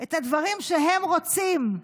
את הדברים שהם רוצים.